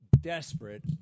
desperate